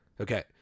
Okay